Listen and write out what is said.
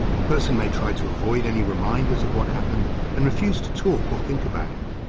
the person may try to avoid any reminders of what happened and refuse to talk or think about it.